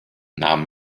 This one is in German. nahm